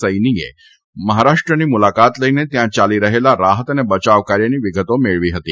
સૈનીએ મહારાષ્ટ્રની મુલાકાત લઇને ત્યાં ચાલી રહેલા રાહત અને બયાવકાર્યની વિગતો મેળવી હતી